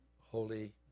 holy